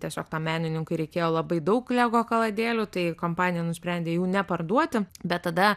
tiesiog tam menininkui reikėjo labai daug lego kaladėlių tai kompanija nusprendė jų neparduoti bet tada